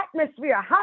atmosphere